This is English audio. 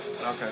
Okay